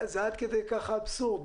עד כדי כך האבסורד.